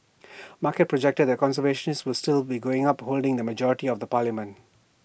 markets projected that conservatives was still be going up holding the majority of the parliament